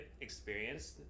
experienced